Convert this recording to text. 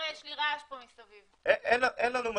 של ירידה